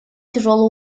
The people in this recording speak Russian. тяжелый